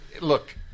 Look